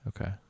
Okay